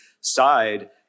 side